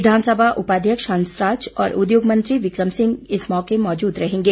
विधानसभा उपाध्यक्ष हंसराज और उद्योग मंत्री विक्रम सिंह इस मौके मौजूद रहेंगे